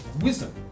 Wisdom